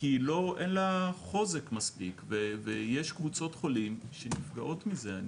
כי אין לה מספיק חוזק ויש קבוצות חולים שנפגעות מזה,